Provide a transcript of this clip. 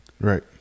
Right